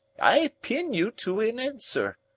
i pin you to an answer!